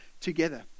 together